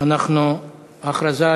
מה מציעה